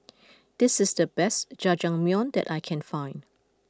this is the best Jajangmyeon that I can find